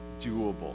doable